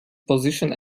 position